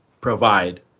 provide